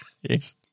Yes